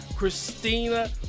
Christina